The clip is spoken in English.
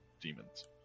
demons